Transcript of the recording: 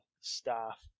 staff